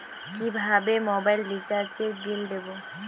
কিভাবে মোবাইল রিচার্যএর বিল দেবো?